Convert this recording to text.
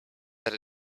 that